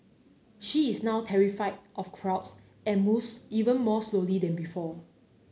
she is now terrified of crowds and moves even more slowly than before